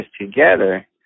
together